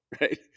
right